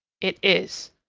it is.